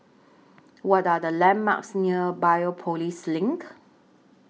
What Are The landmarks near Biopolis LINK